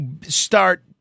start